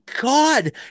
God